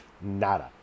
Nada